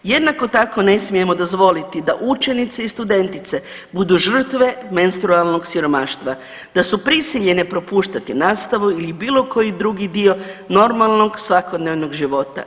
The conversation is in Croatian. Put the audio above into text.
Jednako tako ne smijemo dozvoliti da učenice i studentice budu žrtve menstrualnog siromaštva da su prisiljene propuštati nastavu ili bilo koji drugi dio normalnog svakodnevnog života.